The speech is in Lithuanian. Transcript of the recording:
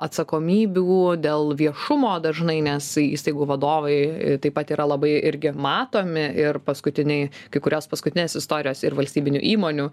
atsakomybių dėl viešumo dažnai nes įstaigų vadovai taip pat yra labai irgi matomi ir paskutiniai kai kurios paskutinės istorijos ir valstybinių įmonių